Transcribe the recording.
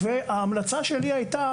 ההמלצה שלי הייתה